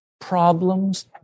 problems